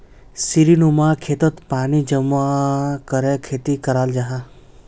सीढ़ीनुमा खेतोत पानी जमा करे खेती कराल जाहा